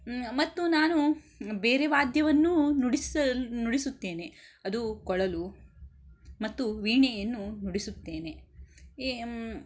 ಮತ್ತು ನಾನು ಬೇರೆ ವಾದ್ಯವನ್ನೂ ನುಡಿಸಲ್ ನುಡಿಸುತ್ತೇನೆ ಅದು ಕೊಳಲು ಮತ್ತು ವೀಣೆಯನ್ನು ನುಡಿಸುತ್ತೇನೆ ಎ